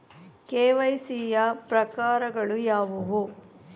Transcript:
KYC ಯ ಪ್ರಕಾರಗಳು ಯಾವುವು?